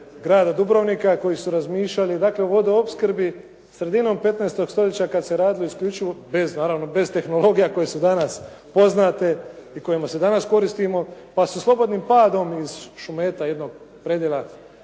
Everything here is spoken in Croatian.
grada Dubrovnika, koji su razmišljali dakle o vodoopskrbi sredinom 15. stoljeća kada se radilo isključivo, bez naravno bez tehnologija koje su danas poznate i kojima se danas koristimo pa su slobodnim padom iz Šumeta jednog, predjela